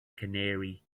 canary